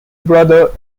brother